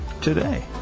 today